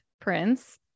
prince